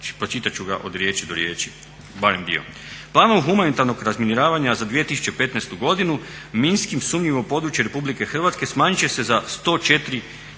pročitat ću ga od riječi do riječi barem dio "Planom humanitarnog razminiravanja za 2015.godinu minski sumnjivo područje RH smanjit će se za 104 četvorna